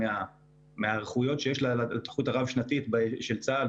מהדיונים וההיערכויות לתוכנית הרב-שנתית של צה"ל,